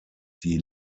die